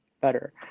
better